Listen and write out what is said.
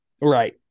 Right